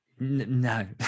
No